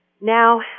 now